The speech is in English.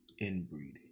inbreeding